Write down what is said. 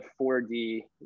4D